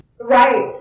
Right